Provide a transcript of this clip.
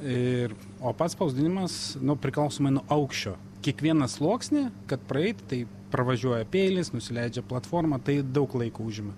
ir o pats spausdinimas nu priklausomai nuo aukščio kiekvieną sluoksnį kad praeiti tai pravažiuoja peilis nusileidžia platforma tai daug laiko užima